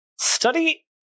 Study